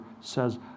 says